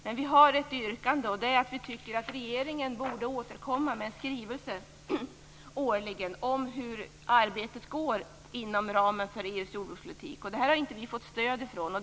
Men vi har ett yrkande, nämligen att vi tycker att regeringen borde återkomma med skrivelser årligen om hur arbetet går inom ramen för EU:s jordbrukspolitik. Detta har vi inte fått stöd för.